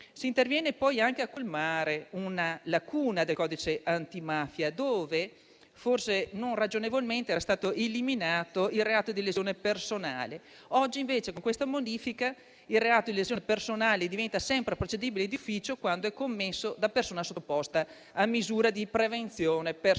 Si interviene poi a colmare una lacuna del codice antimafia, dal quale, forse non ragionevolmente, era stato eliminato il reato di lesione personale. Oggi invece, con questa modifica, il reato di lesione personale diventa sempre procedibile d'ufficio, quando è commesso da persona sottoposta a misura di prevenzione personale